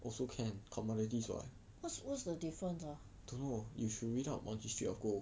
also can commodities what don't know you should read up on history of gold